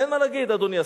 אין מה להגיד, אדוני השר.